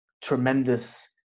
tremendous